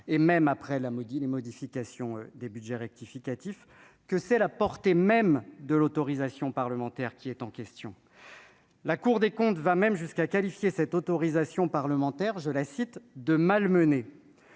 et même après la maudit les modifications des Budgets rectificatifs, que c'est la portée même de l'autorisation parlementaire qui est en question, la Cour des comptes va même jusqu'à qualifier cette autorisation parlementaire, je la cite 2 malmené